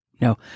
no